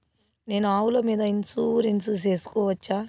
నేను ఆవుల మీద ఇన్సూరెన్సు సేసుకోవచ్చా?